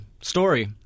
story